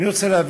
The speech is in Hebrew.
אני לא יודע